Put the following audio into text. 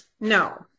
No